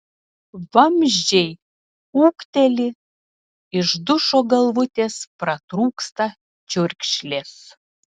vamzdžiai ūkteli iš dušo galvutės pratrūksta čiurkšlės